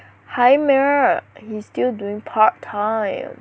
还没儿 he's still doing part time